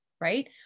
right